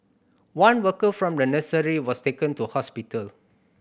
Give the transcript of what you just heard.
one worker from the nursery was taken to hospital